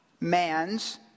man's